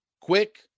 quick